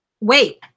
Wait